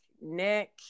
Nick